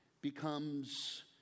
becomes